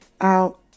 out